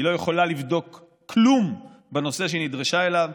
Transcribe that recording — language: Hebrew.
היא לא יכולה לבדוק כלום בנושא שהיא נדרשה אליו,